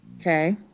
Okay